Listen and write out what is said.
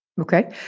Okay